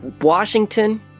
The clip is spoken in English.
Washington